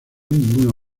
ninguna